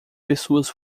pessoas